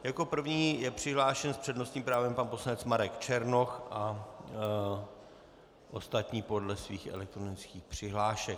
Jako první je přihlášen s přednostním právem pan poslanec Marek Černoch a ostatní podle svých elektronických přihlášek.